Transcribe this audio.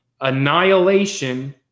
Annihilation